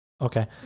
Okay